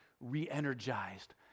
re-energized